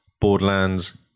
Borderlands